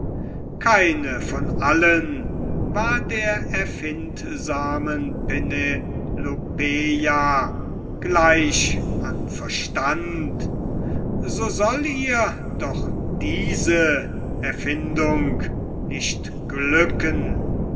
keine von allen war der erfindsamen penelopeia gleich an verstand so soll ihr doch diese erfindung nicht glücken